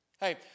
Hey